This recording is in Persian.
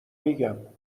میگم